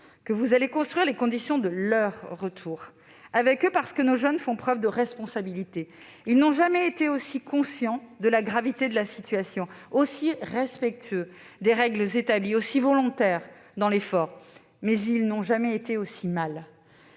que vous allez construire les conditions de leur retour. Avec eux, parce que nos jeunes font preuve de responsabilité ; ils n'ont jamais été aussi conscients de la gravité de la situation, aussi respectueux des règles établies, aussi volontaires dans l'effort. Mais ils n'ont jamais été aussi mal